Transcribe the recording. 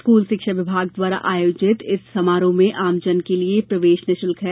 school शिक्षा विभाग द्वारा आयोजित इस समारोह में आमजन के लिये प्रवेश निःशुल्क है